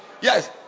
Yes